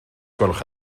gwelwch